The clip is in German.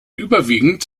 überwiegend